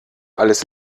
alles